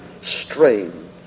strain